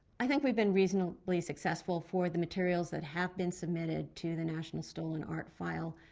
i think we've been reasonably successful for the materials that have been submitted to the national stolen art file.